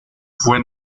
fue